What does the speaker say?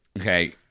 okay